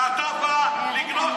ואתה בא לגנוב,